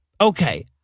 Okay